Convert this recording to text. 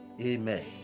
Amen